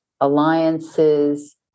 alliances